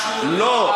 לא.